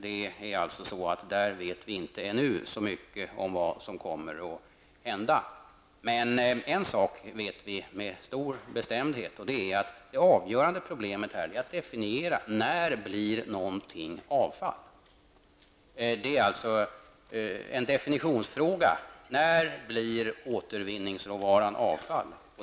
Vi vet alltså ännu inte så mycket om vad som kommer att hända där. Men en sak vet vi med stor bestämdhet, och det är att det avgörande problemet är att definiera när någonting är avfall. Det är alltså en definitionsfråga: När blir återvinningsråvaran avfall?